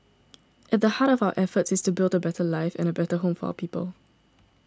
at the heart of our efforts is to build a better life and a better home for our people